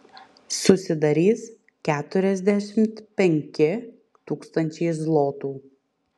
susidarys keturiasdešimt penki tūkstančiai zlotų